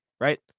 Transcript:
right